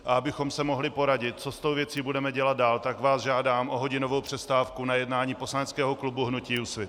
A abychom se mohli poradit, co s touto věcí budeme dělat dál, tak vás žádám o hodinovou přestávku na jednání poslaneckého klubu hnutí Úsvit.